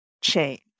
change